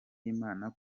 imana